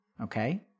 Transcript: Okay